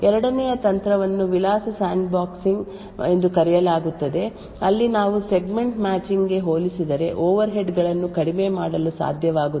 ಎರಡನೆಯ ತಂತ್ರವನ್ನು ವಿಳಾಸ ಸ್ಯಾಂಡ್ಬಾಕ್ಸಿಂಗ್ ಎಂದು ಕರೆಯಲಾಗುತ್ತದೆ ಅಲ್ಲಿ ನಾವು ಸೆಗ್ಮೆಂಟ್ ಮ್ಯಾಚಿಂಗ್ ಗೆ ಹೋಲಿಸಿದರೆ ಓವರ್ಹೆಡ್ ಗಳನ್ನು ಕಡಿಮೆ ಮಾಡಲು ಸಾಧ್ಯವಾಗುತ್ತದೆ ಆದರೆ ದೋಷಯುಕ್ತ ಸೂಚನೆಯನ್ನು ಗುರುತಿಸಲು ನಮಗೆ ಸಾಧ್ಯವಾಗುವುದಿಲ್ಲ